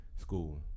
school